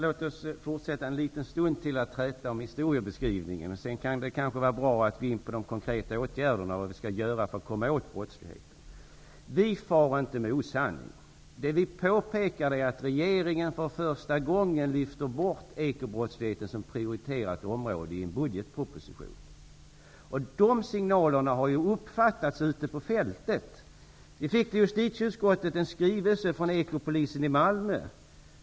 Herr talman! Låt oss fortsätta att träta om historiebeskrivningen en liten stund till. Sedan kan det kanske vara bra att gå in på konkreta åtgärder och vad vi skall göra för att komma åt brottsligheten. Vi far inte med osanning. Vi påpekar att regeringen för första gången lyfter bort ekobrottsligheten som prioriterat område ur en budgetproposition. De signalerna har uppfattats ute på fältet. Vi fick en skrivelse till justitieutskottet från ekopolisen i Malmö.